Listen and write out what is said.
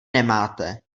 nemáte